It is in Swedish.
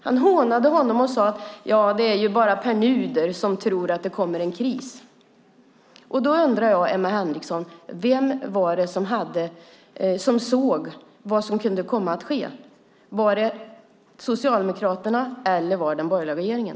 Han hånade honom och sade: Det är ju bara Pär Nuder som tror att det kommer en kris. Då undrar jag, Emma Henriksson: Vem var det som såg vad som kunde komma att ske? Var det Socialdemokraterna eller den borgerliga regeringen?